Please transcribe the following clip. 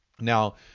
Now